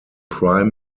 prime